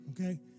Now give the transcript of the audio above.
Okay